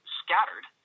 scattered